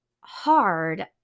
hard